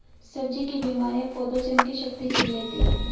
सब्जी की बीमारियां पौधों से उनकी शक्ति छीन लेती हैं